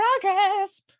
progress